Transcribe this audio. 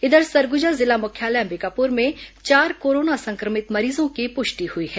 इधर सरगुजा जिला मुख्यालय अंबिकापुर में चार कोरोना संक्रमित मरीजों की पुष्टि हुई है